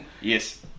Yes